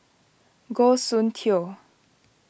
Goh Soon Tioe